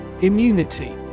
Immunity